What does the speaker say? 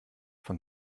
von